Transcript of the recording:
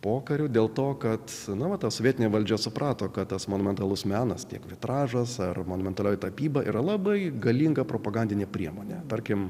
pokariu dėl to kad nuometas vietinė valdžia suprato kad tas monumentalus menas tiek vitražas ar monumentalioji tapyba yra labai galinga propagandinė priemonė tarkim